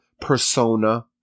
persona